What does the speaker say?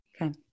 Okay